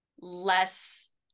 less